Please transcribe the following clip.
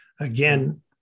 Again